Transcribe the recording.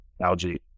algae